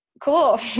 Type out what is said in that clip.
cool